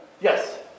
Yes